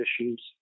issues